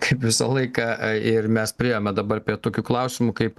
kaip visą laiką ir mes priėjome dabar prie tokių klausimų kaip